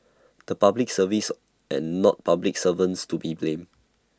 the Public Service and not public servants to be blamed